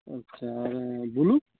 আচ্ছা আর ব্লু